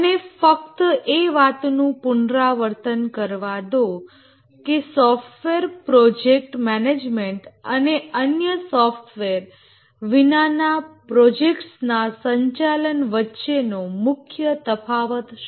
મને ફક્ત એ વાતનું પુનરાવર્તન કરવા દો કે સોફ્ટવેર પ્રોજેક્ટ મેનેજમેન્ટ અને અન્ય સોફ્ટવેર વિનાના પ્રોજેક્ટ્સના સંચાલન વચ્ચેનો મુખ્ય તફાવત શું છે